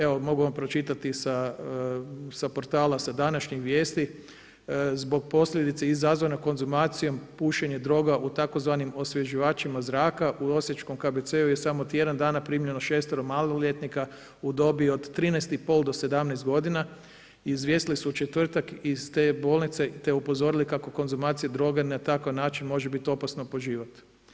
Evo, mogu vam pročitati sa portala sa današnjih vijesti, zbog posljedica izazvane konzumacijom pušenja droga u tzv. osvježivačima zraka u osječkom KBC-u je u samo tjedan dana primljeno šestero maloljetnika u dobi od 13,5 do 17 godina, izvijestili su u četvrtak iz te bolnice te upozorili kako konzumacija droga na takav način može biti opasna po život.